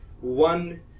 one